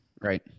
Right